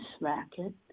racket